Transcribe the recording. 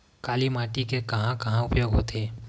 काली माटी के कहां कहा उपयोग होथे?